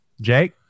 Jake